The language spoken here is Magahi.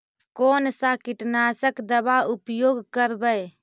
कोन सा कीटनाशक दवा उपयोग करबय?